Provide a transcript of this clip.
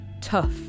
tough